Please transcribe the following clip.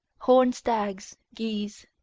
horned stags, geese,